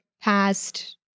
past